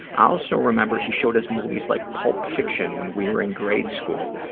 i also remember he showed us movies like pulp fiction when we were in grade school,